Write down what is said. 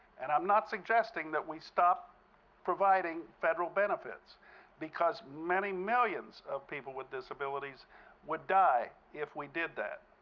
and i'm not suggesting that we stop providing federal benefits because many millions of people with disabilities would die if we did that.